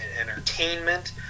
entertainment